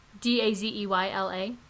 D-A-Z-E-Y-L-A